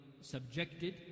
subjected